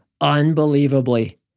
unbelievably